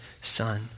son